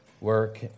work